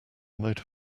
motor